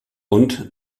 und